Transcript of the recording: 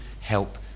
help